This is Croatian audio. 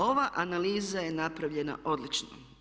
Ova analiza je napravljena odlično.